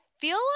feel